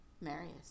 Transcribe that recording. marius